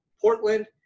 Portland